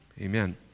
amen